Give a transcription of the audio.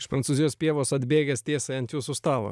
iš prancūzijos pievos atbėgęs tiesiai ant jūsų stalo